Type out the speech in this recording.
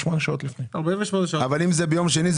אבל אם זה ביום שני,